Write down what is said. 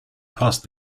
passed